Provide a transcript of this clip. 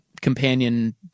companion